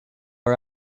are